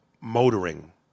motoring